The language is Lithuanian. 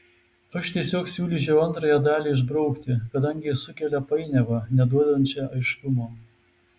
aš tiesiog siūlyčiau antrąją dalį išbraukti kadangi ji sukelia painiavą neduodančią aiškumo